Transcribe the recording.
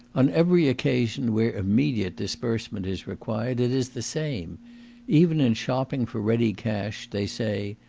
on every occasion where immediate disbursement is required it is the same even in shopping for ready cash they say,